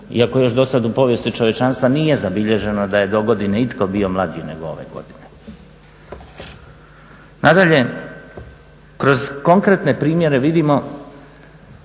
iako još dosad u povijesti čovječanstva nije zabilježeno da je dogodine itko bio mlađi nego ove godine. Nadalje, kroz konkretne primjere vidimo